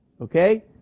okay